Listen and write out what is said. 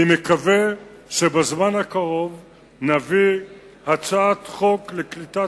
אני מקווה שבזמן הקרוב נביא הצעת חוק לקליטת